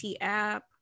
app